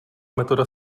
metoda